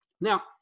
Now